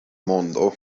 mondo